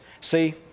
See